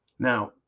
Now